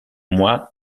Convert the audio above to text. moi